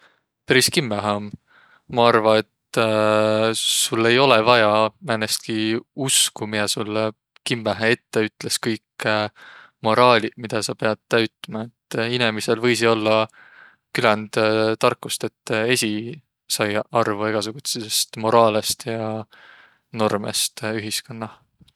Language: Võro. Peris kimmähe om, maq arva, et sul ei olõq vaja määnestki usko miä sullõ kimmähe ette ütles kõik moraaliq midä saq piät täütmä. Et inemisel võisiq ollaq küländ tarkust, et esiq saiaq arvo erinevidest moraalõst ja normõst ühiskunnah.